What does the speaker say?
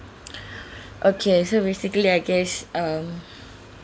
okay so basically I guess um